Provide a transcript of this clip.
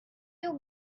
you